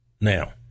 Now